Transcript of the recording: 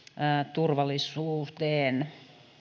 turvallisuuteen